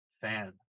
fan